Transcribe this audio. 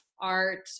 art